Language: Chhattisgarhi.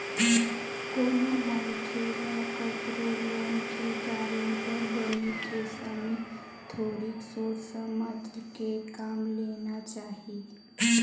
कोनो मनखे ल कखरो लोन के गारेंटर बने के समे थोरिक सोच समझ के काम लेना चाही